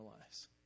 lives